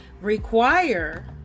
require